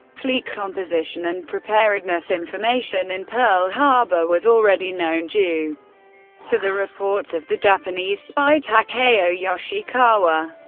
fleet composition and preparedness information in pearl harbor was already known due to the reports of the japanese spy takeo yoshikawa.